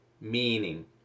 meaning